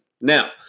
Now